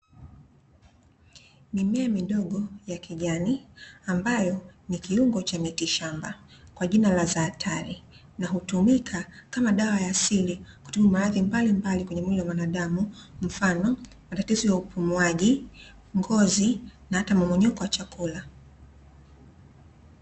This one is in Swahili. Mimea midogo ya kijani ambayo ni kiungo cha miti shamba kwa jina la zatari, na hutumika kama dawa ya asili kutibu maradhi mbalimbali kwenye mwili wa mwanadamu mfano matatizo ya upumuaji, ngozi na hata mmomonyoko wa chakula.